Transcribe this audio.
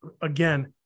again